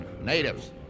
Natives